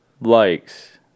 likes